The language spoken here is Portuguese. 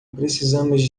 precisamos